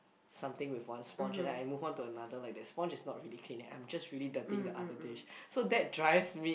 something with one sponge and then I move on to another like that sponge is not really clean and I'm just really dirtying the other dish so that drives me